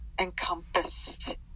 encompassed